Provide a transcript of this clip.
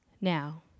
Now